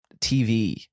TV